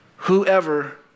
Whoever